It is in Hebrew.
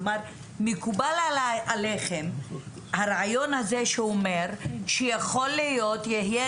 מקובל עליכם הרעיון הזה שאומר שיכול להיות שיהיה